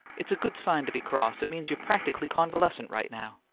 it's a good sign to be cross it means you're practically convalescent right now.